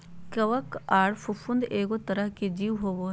कवक आर फफूंद एगो तरह के जीव होबय हइ